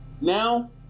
now